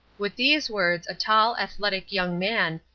with these words a tall, athletic young man,